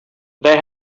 they